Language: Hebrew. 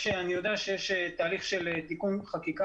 אני יודע שיש תהליך של תיקון חקיקה